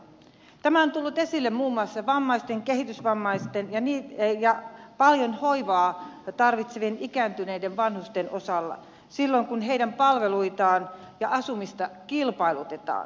tämä on tullut esille muun muassa vammaisten kehitysvammaisten ja paljon hoivaa tarvitsevien ikääntyneiden vanhusten osalta silloin kun heidän palveluitaan ja asumistaan kilpailutetaan